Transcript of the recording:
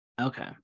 Okay